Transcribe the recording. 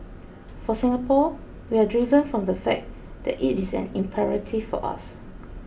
for Singapore we are driven from the fact that it is an imperative for us